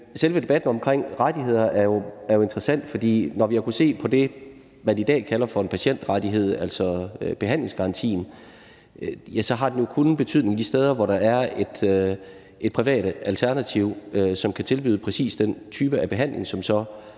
selve debatten om rettigheder er interessant. Når vi ser på det, man i dag kalder for en patientrettighed, altså behandlingsgarantien, har den jo kun betydning de steder, hvor der er et privat alternativ, som kan tilbyde præcis den type behandling, som det